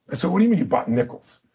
so what do you mean you bought nickels?